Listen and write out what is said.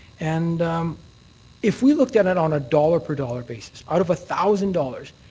and if we looked at it on a dollar per dollar basis, out of a thousand dollars,